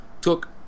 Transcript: took